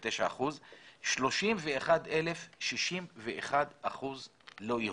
39 אחוזים, 31,000 שהם 61 אחוזים לא יהודים.